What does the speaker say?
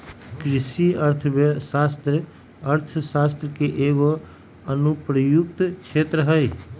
कृषि अर्थशास्त्र अर्थशास्त्र के एगो अनुप्रयुक्त क्षेत्र हइ